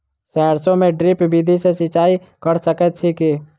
सैरसो मे ड्रिप विधि सँ सिंचाई कऽ सकैत छी की?